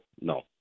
No